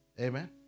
Amen